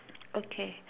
okay